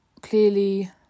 clearly